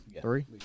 Three